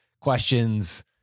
questions